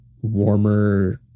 warmer